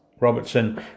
Robertson